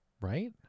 Right